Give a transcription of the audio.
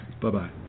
Bye-bye